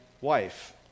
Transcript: wife